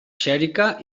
xèrica